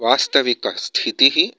वास्तविकस्थितिः